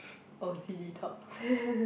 o_c_d talks